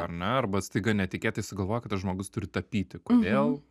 ar ne arba staiga netikėtai sugalvoja kad tas žmogus turi tapyti kodėl